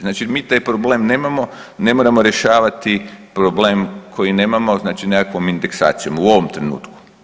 Znači mi taj problem nemamo, ne moramo rješavati problem koji nemamo znači nekakvom indeksacijom u ovom trenutku.